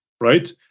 right